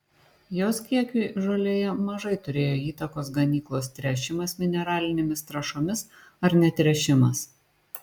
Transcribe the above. jos kiekiui žolėje mažai turėjo įtakos ganyklos tręšimas mineralinėmis trąšomis ar netręšimas